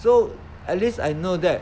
so at least I know that